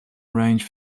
arrange